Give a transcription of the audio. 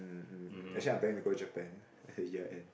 um um um actually I planning to go Japan at the year end